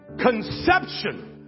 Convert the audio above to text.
conception